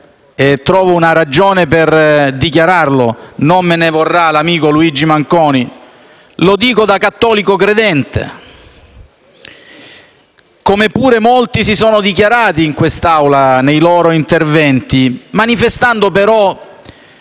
trovo una ragione per dichiararlo. Non me ne vorrà l'amico Luigi Manconi, lo dico da cattolico credente, come pure molti si sono dichiarati in quest'Assemblea nei loro interventi, manifestando però